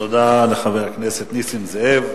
תודה לחבר הכנסת נסים זאב.